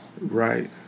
Right